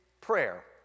prayer